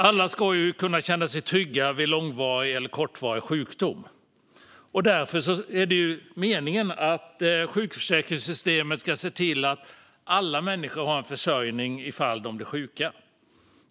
Alla ska kunna känna sig trygga vid långvarig eller kortvarig sjukdom. Därför är det meningen att sjukförsäkringssystemet ska se till att alla människor har en försörjning ifall de blir sjuka.